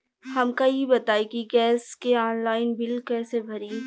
हमका ई बताई कि गैस के ऑनलाइन बिल कइसे भरी?